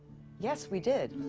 yes, we did.